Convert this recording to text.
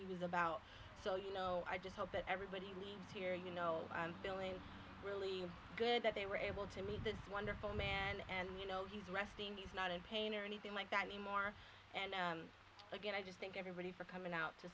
about so you know i just hope that everybody leaves here you know i'm feeling really good that they were able to meet this wonderful man and you know he's resting he's not in pain or anything like that anymore and again i just think everybody for coming out to